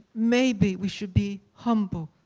maybe we should be humble,